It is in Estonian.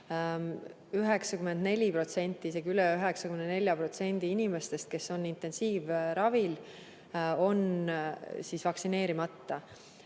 94%, isegi üle 94% inimestest, kes on intensiivravil, on vaktsineerimata.